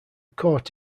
court